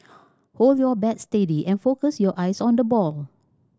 hold your bat steady and focus your eyes on the ball